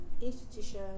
institution